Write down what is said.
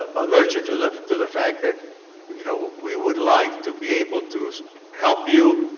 ah alert you to the to the fact that you know, we would like to be able to help you,